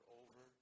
over